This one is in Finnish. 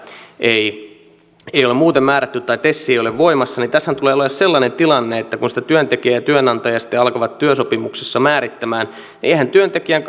ei ole muuten määrätty tai tes ei ei ole voimassa tässähän tulee olemaan sellainen tilanne että kun sitä työntekijä ja työnantaja sitten alkavat työsopimuksessa määrittämään niin eihän työntekijän